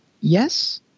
yes